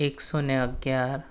એકસો ને અગિયાર